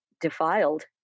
defiled